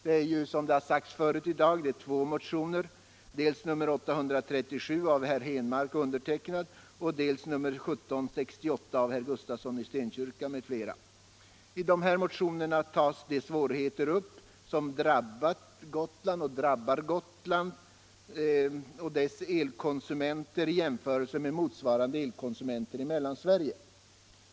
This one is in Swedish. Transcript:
De här två motionerna, dels nr 837 av herr Henmark och mig, dels nr 1768 av herr Gustafsson i Stenkyrka m.fl., tar upp de svårigheter som drabbat och drabbar Gotlands elkonsumenter i jämförelse med motsvarande elkonsumenter i Mellansverige.